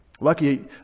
Lucky